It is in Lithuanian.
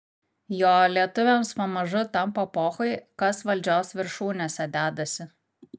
jo lietuviams pamažu tampa pochui kas valdžios viršūnėse dedasi